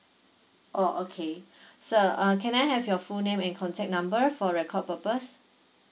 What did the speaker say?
oh okay sir uh can I have your full name and contact number for record purpose